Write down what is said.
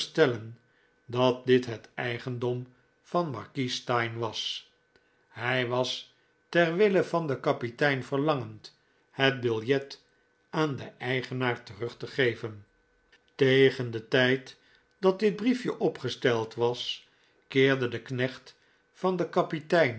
veronderstellen dat dit het eigendom van markies steyne was hij was ter wille van den kapitein verlangend het biljet aan den eigenaar terug te geven tegen den tijd dat dit briefje opgesteld was keerde de knecht van den kapitein